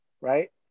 right